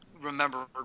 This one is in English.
remember